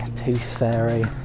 tooth fairy,